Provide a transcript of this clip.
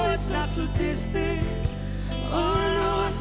not so distant oh